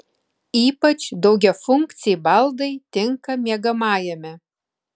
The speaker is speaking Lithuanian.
ypač daugiafunkciai baldai tinka miegamajame